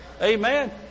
Amen